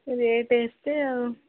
rate ଏତେ ଆଉ